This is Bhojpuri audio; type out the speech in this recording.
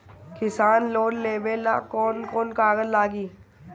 किसान लोन लेबे ला कौन कौन कागज लागि?